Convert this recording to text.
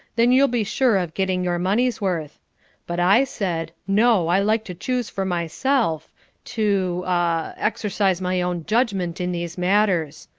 then you'll be sure of getting your money's worth but i said, no, i like to choose for myself to ah exercise my own judgment in these matters.